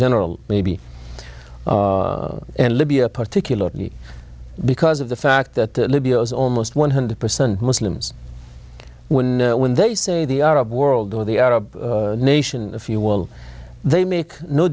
general maybe libya particularly because of the fact that libya is almost one hundred percent muslims when when they say the arab world or the arab nation if you will they make no